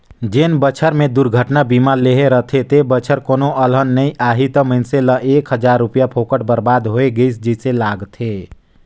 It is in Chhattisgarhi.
जेन बच्छर मे दुरघटना बीमा लेहे रथे ते बच्छर कोनो अलहन नइ आही त मइनसे ल एक हजार रूपिया फोकट बरबाद होय गइस जइसे लागथें